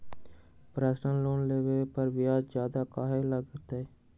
Personal loan लेबे पर ब्याज ज्यादा काहे लागईत है?